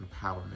empowerment